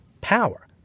power